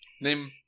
Name –